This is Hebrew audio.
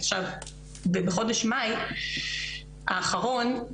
עכשיו ובחודש מאי האחרון,